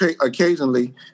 occasionally